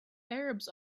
arabs